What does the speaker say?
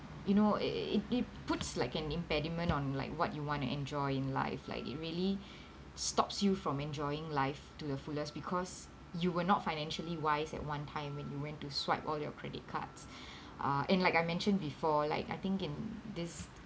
you know i~ i~ i~ it puts like an impediment on like what you want to enjoy in life like it really stops you from enjoying life to the fullest because you were not financially wise at one time when you went to swipe all your credit cards uh and like I mentioned before like I think in this